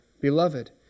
beloved